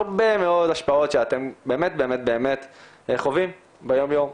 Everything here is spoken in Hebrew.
הרבה מאוד השפעות שאתם באמת באמת חווים ביום יום.